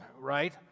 right